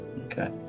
Okay